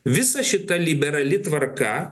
visa šita liberali tvarka